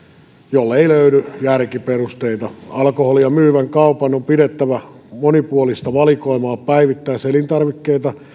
jolle ei löydy järkiperusteita alkoholia myyvän kaupan on pidettävä monipuolista valikoimaa päivittäiselintarvikkeita